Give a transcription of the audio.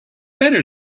better